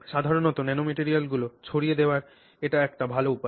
সাধারণত ন্যানোম্যাটেরিয়ালগুলি ছড়িয়ে দেওয়ার এটি একটি ভাল উপায়